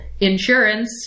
Insurance